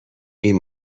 این